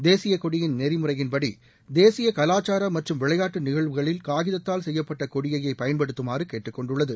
தேசியக் கொடியின் நெறிமுறையின்படி தேசிய கலாச்சார மற்றும் விளையாட்டு நிகழ்வுகளில் காகிதத்தால் செய்யப்பட்ட கொடியையே பயன்படுத்தமாறு கேட்டுக்கொண்டுள்ளது